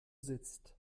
sitzt